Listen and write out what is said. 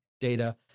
data